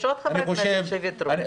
יש עוד חברי כנסת שוויתרו.